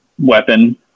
weapon